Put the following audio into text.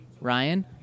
Ryan